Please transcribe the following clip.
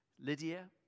Lydia